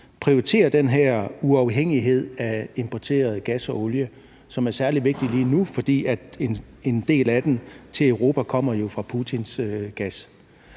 prioriterer den her uafhængighed af importeret gas og olie, som er særlig vigtig lige nu, fordi en del af den til Europa jo kommer fra Putins gas.